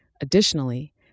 Additionally